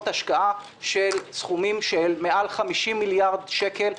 השקעה של סכומים של מעל 50 מיליארד שקל,